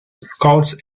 scouts